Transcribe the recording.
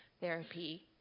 therapy